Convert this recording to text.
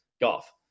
Golf